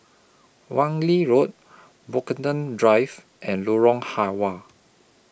Wan Lee Road Brockton Drive and Lorong Halwa